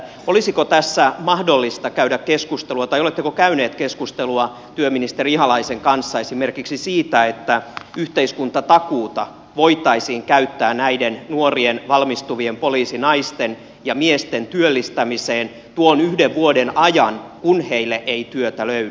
olisiko mahdollista käydä keskustelua tai oletteko käynyt keskustelua työministeri ihalaisen kanssa esimerkiksi siitä että yhteiskuntatakuuta voitaisiin käyttää näiden nuorien valmistuvien poliisinaisten ja miesten työllistämiseen tuon yhden vuoden ajan kun heille ei työtä löydy